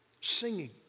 Singing